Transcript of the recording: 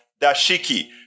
dashiki